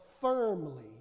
firmly